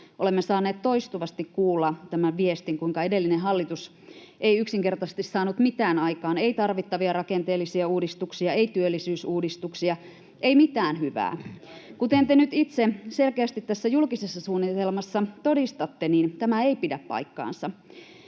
olemme saaneet toistuvasti kuulla tämän viestin, kuinka edellinen hallitus ei yksinkertaisesti saanut mitään aikaan: ei tarvittavia rakenteellisia uudistuksia, ei työllisyysuudistuksia, ei mitään hyvää. [Miko Bergbom: Eläkeputki!] Kuten te nyt itse selkeästi tässä julkisessa suunnitelmassa todistatte, niin tämä ei pidä paikkaansa.